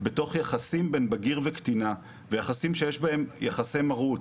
בתוך יחסים בין בגיר לקטינה ויחסים שיש בהם יחסי מרות.